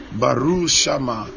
barushama